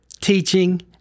teaching